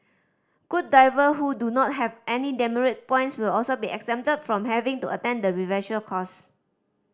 good diver who do not have any demerit points will also be exempted from having to attend the refresher course